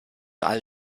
alle